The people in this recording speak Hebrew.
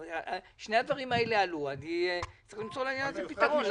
שני הדברים האלה עלו וצריך למצוא להם פתרון.